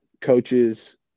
coaches